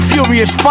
Furious